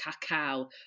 cacao